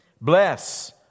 Bless